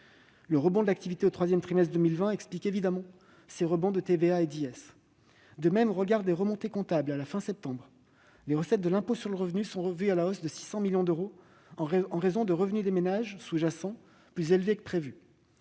Le rebond de l'activité au troisième trimestre explique évidemment ces rebonds de TVA et d'IS. En outre, au regard des remontées comptables à fin septembre, les recettes d'impôt sur le revenu sont revues à la hausse de 600 millions d'euros, en raison de revenus des ménages sous-jacents plus élevés que prévu.